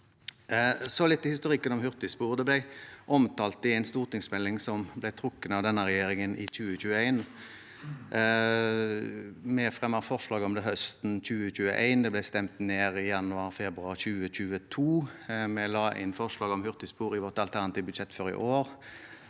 Så litt om historikken om hurtigspor. Det ble omtalt i en stortingsmelding som ble trukket av denne regjeringen i 2021. Vi fremmet forslag om det høsten 2021. Det ble stemt ned i januar–februar 2022. Vi la inn forslag om hurtigspor i vårt alternative budsjett for i år.